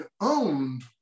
owned